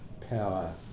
power